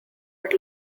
but